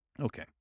Okay